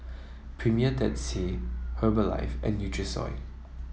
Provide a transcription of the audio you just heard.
Premier Dead Sea Herbalife and Nutrisoy